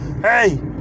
Hey